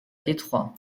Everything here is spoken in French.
détroit